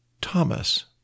Thomas